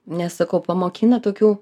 nes sakau pamokina tokių